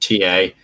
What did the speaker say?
TA